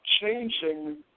changing